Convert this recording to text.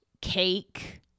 cake